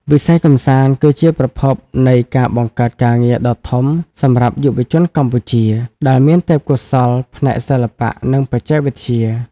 វិស័យកម្សាន្តគឺជាប្រភពនៃការបង្កើតការងារដ៏ធំសម្រាប់យុវជនកម្ពុជា ដែលមានទេពកោសល្យផ្នែកសិល្បៈ និងបច្ចេកវិទ្យា។